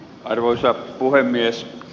arvoisa puhemies